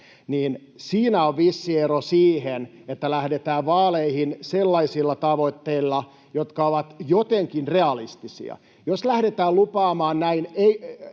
vuonna, on vissi ero siihen, että lähdetään vaaleihin sellaisilla tavoitteilla, jotka ovat jotenkin realistisia. Lähdetään lupaamaan näin